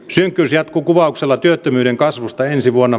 synkkyys jatkuu kuvauksella työttömyyden kasvusta ensi vuonna